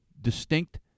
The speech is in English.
distinct